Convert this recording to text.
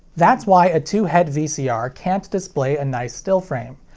that's why a two-head vcr can't display a nice still frame.